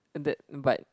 that but